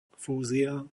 fúzia